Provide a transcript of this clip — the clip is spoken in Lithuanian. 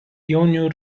jaunių